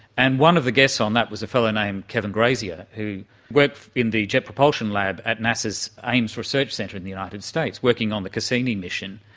and one of the guests on that was a fellow named kevin grazier who worked in the jet propulsion lab at nasa's ames research centre in the united states, working on the cassini mission.